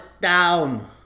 down